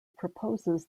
proposes